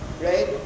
right